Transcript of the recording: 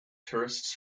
tourists